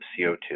CO2